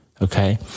okay